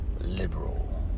liberal